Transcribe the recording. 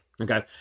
Okay